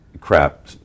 crap